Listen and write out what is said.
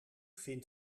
vindt